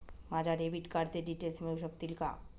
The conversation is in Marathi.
माझ्या डेबिट कार्डचे डिटेल्स मिळू शकतील का?